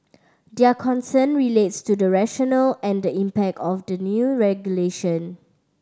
their concern relates to the rationale and the impact of the new regulation